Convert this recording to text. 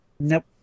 Nope